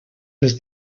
les